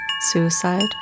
suicide